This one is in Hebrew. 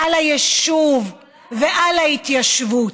על היישוב ועל ההתיישבות.